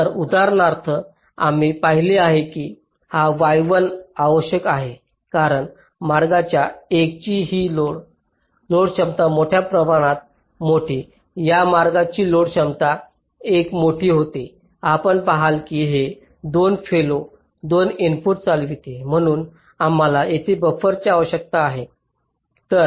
तर उदाहरणात आम्ही पाहिले की हा y1 आवश्यक आहे कारण मार्गाच्या 1 ची लोड क्षमता मोठ्या प्रमाणात होती या मार्गाची लोड क्षमता 1 मोठी होती आपण पहाल की हे 2 फेलो 2 इनपुट चालविते म्हणूनच आम्हाला येथे बफरची आवश्यकता होती